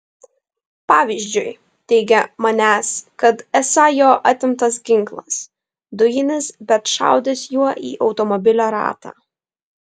pavyzdžiui teigia manęs kad esą jo atimtas ginklas dujinis bet šaudęs juo į automobilio ratą